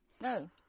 No